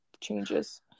changes